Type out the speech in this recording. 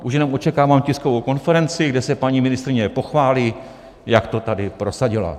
Už jenom očekávám tiskovou konferenci, kde se paní ministryně pochválí, jak to tady prosadila.